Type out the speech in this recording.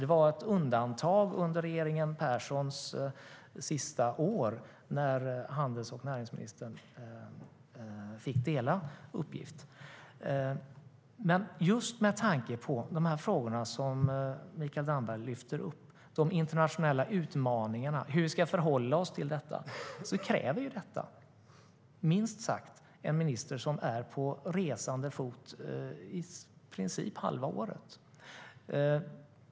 Det var ett undantag under regeringen Perssons sista år, när handels och näringsministern fick dela uppgift. Just med tanke på de frågor som Mikael Damberg lyfter fram - de internationella utmaningarna och hur vi ska förhålla oss till dem - krävs det minst sagt en minister som är på resande fot i princip halva året.